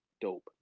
dope